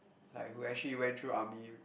like who actually went through army